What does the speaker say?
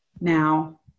now